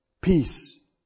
peace